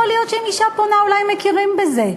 יכול להיות שאם אישה פונה אולי מכירים בזה,